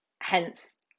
hence